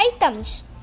items